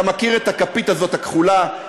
אתה מכיר את הכפית הזאת, הכחולה?